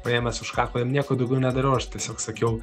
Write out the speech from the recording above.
paėmęs už kaklo ir nieko daugiau nedariau aš tiesiog sakiau